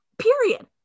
period